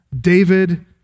David